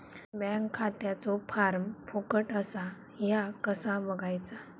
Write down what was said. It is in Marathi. बँक खात्याचो फार्म फुकट असा ह्या कसा बगायचा?